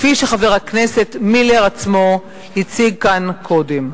כפי שחבר הכנסת מילר עצמו הציג כאן קודם.